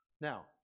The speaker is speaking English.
Now